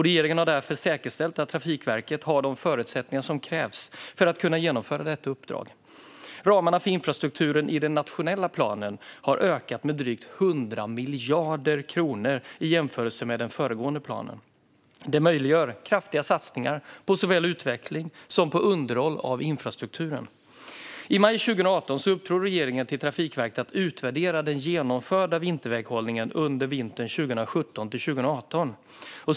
Regeringen har därför säkerställt att Trafikverket har de förutsättningar som krävs för att kunna genomföra detta uppdrag. Ramarna för infrastrukturen i den nationella planen har ökat med drygt 100 miljarder kronor i jämförelse med den föregående planen. Det möjliggör kraftiga satsningar på såväl utveckling som underhåll av infrastrukturen. I maj 2018 uppdrog regeringen till Trafikverket att utvärdera den genomförda vinterväghållningen under vintern 2017/18.